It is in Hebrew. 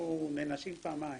לעשות דבר בעניין הזה.